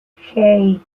hey